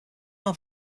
are